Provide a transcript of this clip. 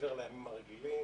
מעבר לימים הרגילים